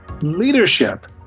Leadership